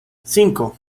cinco